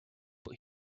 but